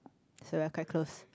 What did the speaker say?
so we are quite close